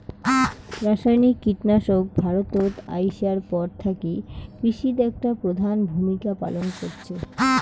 রাসায়নিক কীটনাশক ভারতত আইসার পর থাকি কৃষিত একটা প্রধান ভূমিকা পালন করসে